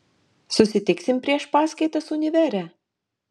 susitiksim prieš paskaitas univere